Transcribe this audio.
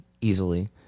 easily